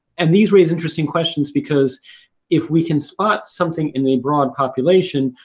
and, these raise interesting questions because if we can spot something in the broad population,